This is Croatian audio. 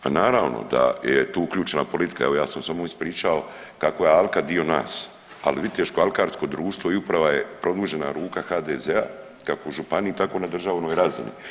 Pa naravno da je tu uključena politika, evo ja sam samo ispričao kako je alka dio nas, ali Viteško alkarsko društvo i uprava je produžena ruka HDZ-a kako u županiji tako na državnoj razini.